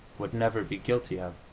would never be guilty of.